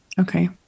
Okay